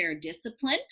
discipline